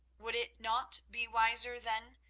would it not be wiser, then,